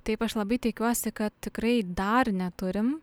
taip aš labai tikiuosi kad tikrai dar neturim